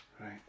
Right